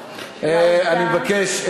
אני מבקש,